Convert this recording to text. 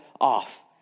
off